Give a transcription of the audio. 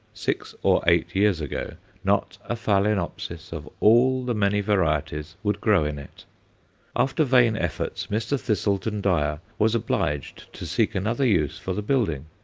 six or eight years ago, not a phaloenopsis of all the many varieties would grow in it after vain efforts, mr. thiselton dyer was obliged to seek another use for the building,